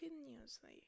continuously